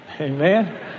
Amen